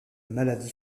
maladie